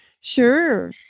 Sure